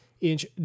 inch